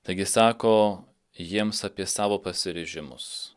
taigi sako jiems apie savo pasiryžimus